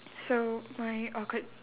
so my awkward